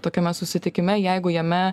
tokiame susitikime jeigu jame